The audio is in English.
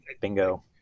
Bingo